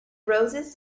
roses